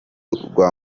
rwa